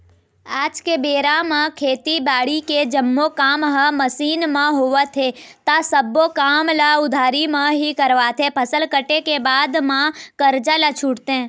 आज के बेरा म खेती बाड़ी के जम्मो काम ह मसीन म होवत हे ता सब्बो काम ल उधारी म ही करवाथे, फसल कटे के बाद म करजा ल छूटथे